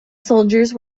soldiers